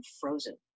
frozen